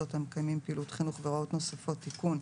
מוסדות המקיימים פעילות חינוך והוראות נוספות) (תיקון),